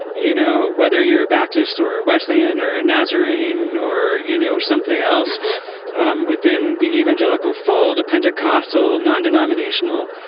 you know, whether you're a baptist or wesleyan or and nazarene or, you know, something else um within the evangelical fold, the pentecostal, non-denominational.